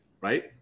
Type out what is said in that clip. right